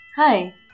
Hi